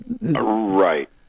Right